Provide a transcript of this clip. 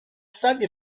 stati